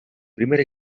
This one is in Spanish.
primer